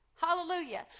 hallelujah